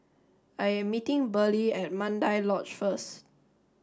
I am meeting Burley at Mandai Lodge first